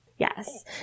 Yes